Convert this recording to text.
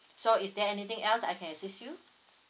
so is there anything else I can assist you